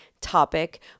topic